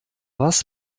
was